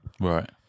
Right